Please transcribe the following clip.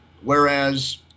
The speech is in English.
Whereas